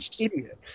idiot